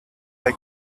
they